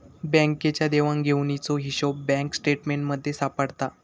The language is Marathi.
बँकेच्या देवघेवीचो हिशोब बँक स्टेटमेंटमध्ये सापडता